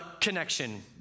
connection